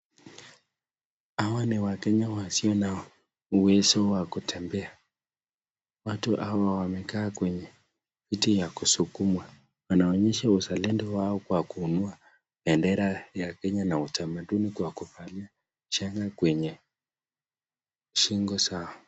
Hawa ni wakenya wasio na uwezo wa kutembea. Watu hawa wamekaa kwenye kiti ya kusukumwa. Wanaonyesha uzalendo kwa kuinua bendera ya Kenya na utamaduni kwa kuvalia shanga kwenye shingo zao.